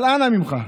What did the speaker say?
אבל אנא ממך,